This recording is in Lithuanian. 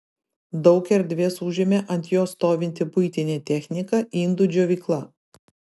daug erdvės užėmė ant jo stovinti buitinė technika indų džiovykla